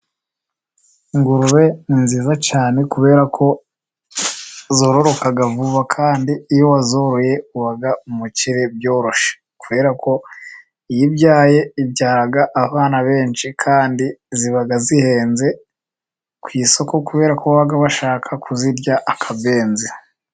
Ingurube ni nziza cyane, kubera ko zororoka vuba, kandi iyo wazoroye uba umukire byoroshye. Kubera ko iyo ibyaye ibyara abana benshi, kandi ziba zihenze ku isoko, kubera ko baba bashaka kuzirya akabenzi.